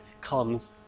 comes